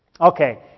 Okay